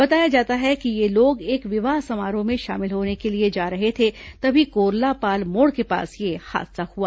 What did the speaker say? बताया जाता है कि ये लोग एक विवाह समारोह में शामिल होने के लिए जा रहे थे तभी कोरलापाल मोड़ के पास यह हादसा हुआ